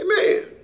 Amen